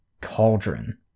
Cauldron